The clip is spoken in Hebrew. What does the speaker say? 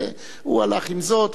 הוא הלך עם זאת,